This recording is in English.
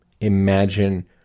imagine